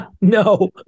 No